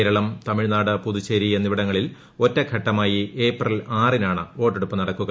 കേരളം തമിഴ്നാട് പുതുച്ചേരി എന്നിവിടങ്ങളിൽ ഒറ്റ ഘട്ടമായി ഏപ്രിൽ ആറിനാണ് വോട്ടെടുപ്പ് നടക്കുക